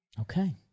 Okay